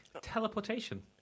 Teleportation